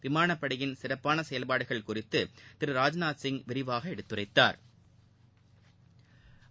விமானப்படையின் சிறப்பான செயல்பாடுகள் குறித்தும் திரு ராஜ்நாத்சிங் விரிவாக எடுத்துரைத்தாா்